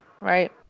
Right